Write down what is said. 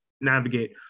navigate